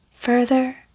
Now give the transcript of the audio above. further